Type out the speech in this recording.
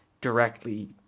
directly